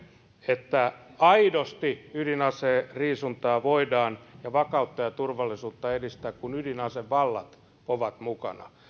että aidosti ydinaseriisuntaa ja vakautta ja turvallisuutta voidaan edistää kun ydinasevallat ovat mukana